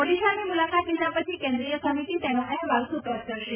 ઓડિશાની મુલાકાત લીધા પછી કેન્દ્રીય સમિતિ તેનો અહેવાલ સુપ્રત કરશે